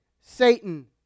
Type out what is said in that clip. Satan